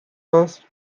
first